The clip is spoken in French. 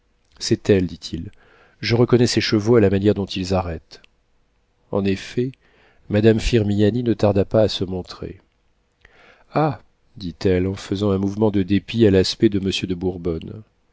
c'est elle dit-il je reconnais ses chevaux à la manière dont ils arrêtent en effet madame de firmiani ne tarda pas à se montrer ah dit-elle en faisant un mouvement de dépit à l'aspect de monsieur de